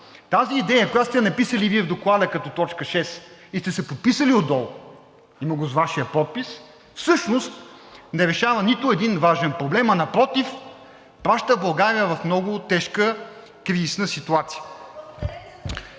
тази идея, която сте я написали Вие в Доклада като точка 6 и сте се подписали отдолу, има го с Вашия подпис, всъщност не решава нито един важен проблем, а напротив – праща България в много кризисна ситуация.